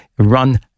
run